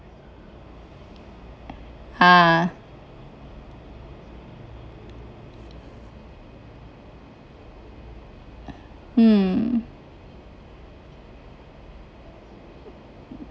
ah mm